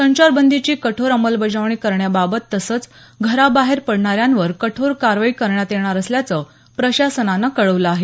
संचारबंदीची कठोर अंमलबजावणी करण्याबाबत तसचं घराबाहेर पडणाऱ्यांवर कठोर कारवाई करण्यात येणार असल्याचं प्रशासनानं कळवलं आहे